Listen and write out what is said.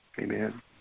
Amen